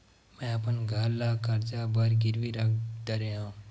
मेहा अपन घर ला कर्जा बर गिरवी रख डरे हव